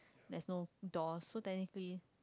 that's no doors so technically